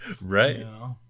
Right